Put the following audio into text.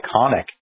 iconic